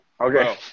Okay